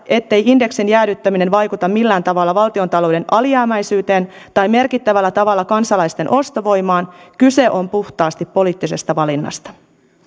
ettei indeksin jäädyttäminen vaikuta millään tavalla valtiontalouden alijäämäisyyteen tai merkittävällä tavalla kansalaisten ostovoimaan kyse on puhtaasti poliittisesta valinnasta